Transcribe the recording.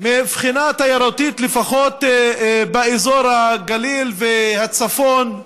מבחינה תיירותית, לפחות באזור הגליל והצפון,